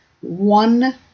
one